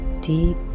deep